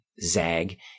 zag